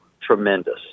tremendous